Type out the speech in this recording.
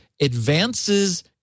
advances